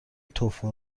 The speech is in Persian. توفو